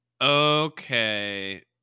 okay